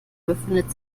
befindet